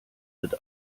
wird